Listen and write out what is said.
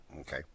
Okay